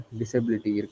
disability